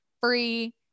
free